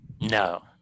No